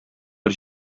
бер